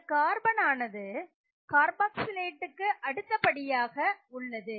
இந்த கார்பன் ஆனது கார்பாக்சிலேட்டுக்கு அடுத்தபடியாக உள்ளது